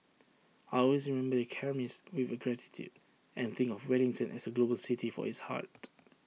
I will always remember the chemist with gratitude and think of Wellington as A global city for its heart